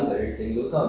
I mean